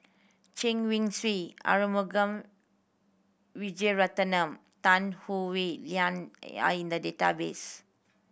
Chen Wen Hsi Arumugam Vijiaratnam Tan Howe Liang are in the database